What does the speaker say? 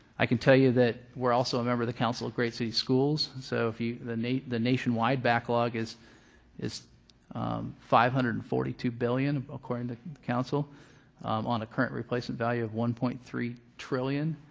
i can tell you that we're also a member of council of great city schools. so if you the the nationwide backlog is is five hundred and forty two billion according to the council on a current replacement value of one point three trillion.